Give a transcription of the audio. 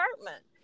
apartment